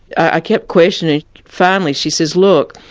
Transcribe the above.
i kept questioning, finally she says, look,